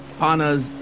panas